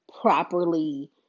properly